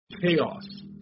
chaos